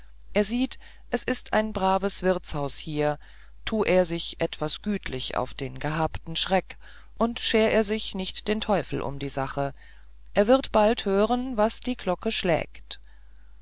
er sieht es ist ein braves wirtshaus hier tu er sich etwas gütlich auf den gehabten schreck und scher er sich den teufel um die sache er wird bald hören was die glocke schlägt